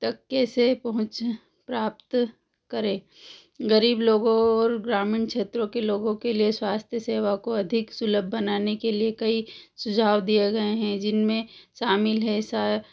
तक कैसे पहुँच प्राप्त करें गरीब लोगों और ग्रामीण क्षेत्र के लोगों के लिए स्वास्थ्य सेवा को अधिक सुलभ बनाने के लिए कई सुझाव दिए गए हैं जिनमें शामिल है